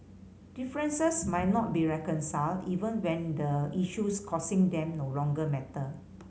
differences might not be reconciled even when the issues causing them no longer matter